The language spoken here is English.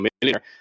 millionaire